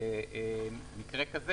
שבמקרה כזה,